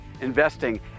investing